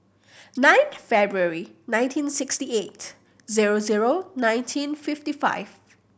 nine February nineteen sixty eight zero zero nineteen fifty five